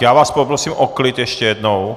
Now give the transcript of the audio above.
Já vás poprosím o klid ještě jednou!